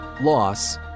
loss